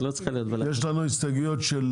עכשיו יש לנו הסתייגויות של